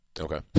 Okay